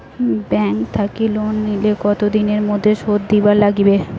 Bank থাকি loan নিলে কতো দিনের মধ্যে শোধ দিবার নাগিবে?